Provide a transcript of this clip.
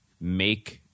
make